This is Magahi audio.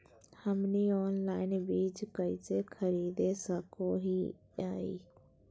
हमनी ऑनलाइन बीज कइसे खरीद सको हीयइ?